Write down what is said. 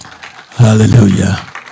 hallelujah